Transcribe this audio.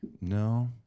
no